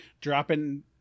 dropping